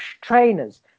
trainers